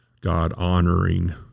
god-honoring